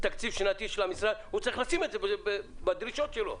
בתוכנית התקציב השנתית של המשרד הוא צריך לשים את זה בדרישות שלו.